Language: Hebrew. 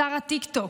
שר הטיקטוק,